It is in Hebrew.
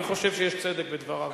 אני חושב שיש צדק בדבריו.